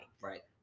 Right